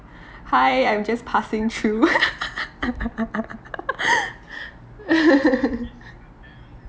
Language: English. hi I'm just passing through